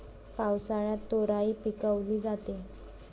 पावसाळ्यात तोराई पिकवली जाते